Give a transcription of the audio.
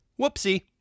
Whoopsie